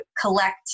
collect